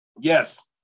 yes